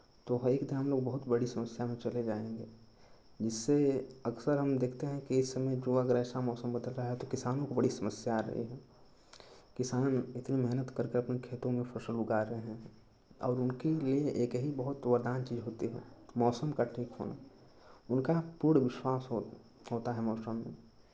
तो एक दिन हम लोग बहुत बड़ी समस्या में चले जाएँगे जिससे अक्सर हम देखते हैं कि इस समय जो अगर ऐसा मौसम बदल रहा है तो किसानों को बड़ी समस्या आ रही है किसान इतनी मेहनत कर के अपने खेतों में फसल उगा रहे हैं और उनके लिए एक ही बहुत वरदान चीज़ होती है मौसम का ठीक होना उनका पूर्ण विश्वास हो होता है मौसम में